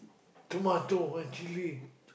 tomato ah chilli